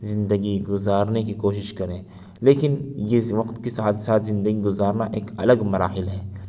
زندگی گزارنے کی کوشش کریں لیکن یہ وقت کے ساتھ ساتھ زندگی گزارنا ایک الگ مراحل ہے